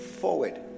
forward